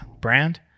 brand